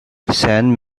san